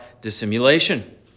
dissimulation